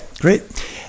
great